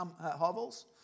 hovels